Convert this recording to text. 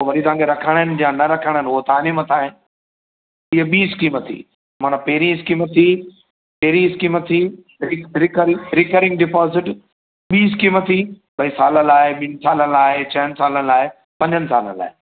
वरी तांखे रखाइणा आहिनि या न रखाइणा आहिनि उहो तव्हांजे मथां आहे इहा ॿीं स्कीम थी माना पहिरीं स्कीम थी पहिरीं स्कीम थी रिकरिंग डिपॉज़िट ॿीं स्कीम थी भई साल लाइ ॿिनि सालनि लाइ छहनि सालनि लाइ पंजनि सालनि लाइ